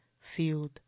field